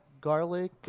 garlic